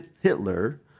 Hitler